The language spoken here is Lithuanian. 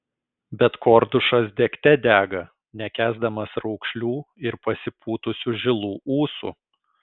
bet kordušas degte dega nekęsdamas raukšlių ir pasipūtusių žilų ūsų